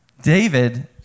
David